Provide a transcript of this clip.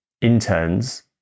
interns